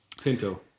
tinto